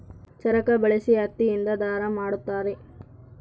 ಚರಕ ಬಳಸಿ ಹತ್ತಿ ಇಂದ ದಾರ ಮಾಡುತ್ತಾರೆ